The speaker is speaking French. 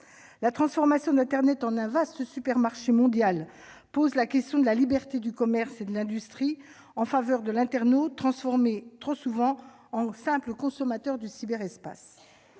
La transformation d'internet en un vaste supermarché mondial pose la question de la liberté du commerce et de l'industrie en faveur de l'internaute, trop souvent transformé en simple consommateur du cyberespace.